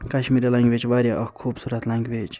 Kashmiri language چھِ وارِیاہ اکھ خوٗبصوٗرت لنٛگویج